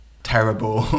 Terrible